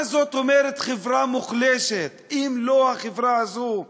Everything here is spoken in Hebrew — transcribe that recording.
מה זאת חברה מוחלשת אם לא החברה הזאת?